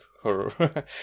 horror